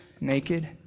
naked